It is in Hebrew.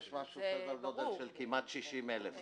מהארגונים קיבלתי שמדובר על סדר גודל של 60 ומשהו אלף.